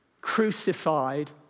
crucified